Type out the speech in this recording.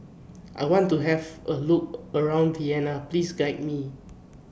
I want to Have A Look around Vienna Please Guide Me